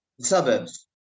suburbs